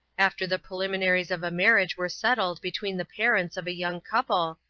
after the preliminaries of a marriage were settled between the parents of a young couple,